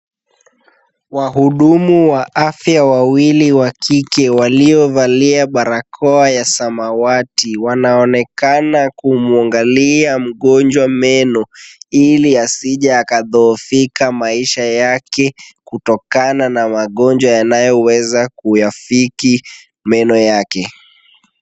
Wahudumu wa afya wawili wa kike waliovalia barakoa ya samawati wanaonekana kumuangalia mgonjwa meno ili asije akadhoofika maisha yake kutokana na magonjwa yanayoweza kuyafiki meno yake .